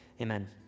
amen